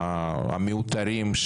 המיותרים,